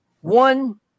one